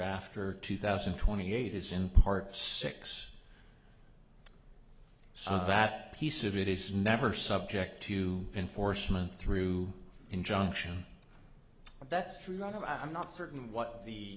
after two thousand and twenty eight is in part six so that piece of it is never subject to enforcement through injunction that's true or not i'm not certain what the